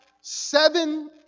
seven